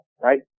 right